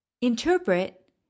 Interpret